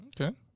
okay